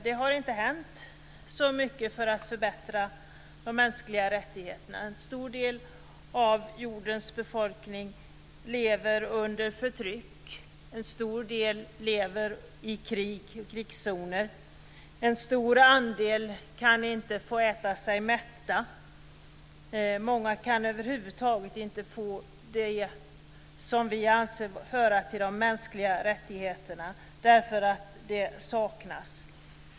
Det har inte hänt så mycket för att förbättra de mänskliga rättigheterna. En stor del av jordens befolkning lever under förtryck. En stor del lever i krig och i krigszoner. En stor andel kan inte få äta sig mätta. Många kan över huvud taget inte få det som vi anser höra till de mänskliga rättigheterna därför att det saknas.